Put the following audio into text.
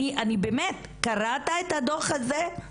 באמת, קראת את הדוח הזה?